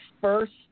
first